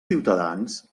ciutadans